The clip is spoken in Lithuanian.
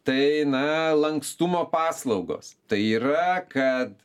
tai na lankstumo paslaugos tai yra kad